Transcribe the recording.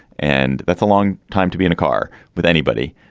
and that's a long time to be in a car with anybody.